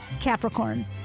Capricorn